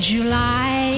July